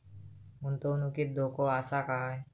गुंतवणुकीत धोको आसा काय?